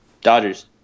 Dodgers